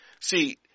See